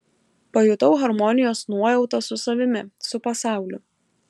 pajutau harmonijos nuojautą su savimi su pasauliu